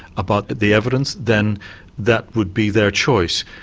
about the evidence, then that would be their choice.